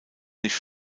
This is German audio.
nicht